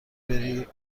بری